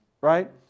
Right